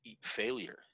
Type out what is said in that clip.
failure